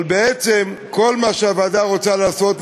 אבל בעצם כל מה שהוועדה רוצה לעשות,